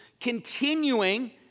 continuing